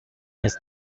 his